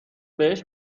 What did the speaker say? بهش